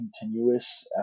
continuous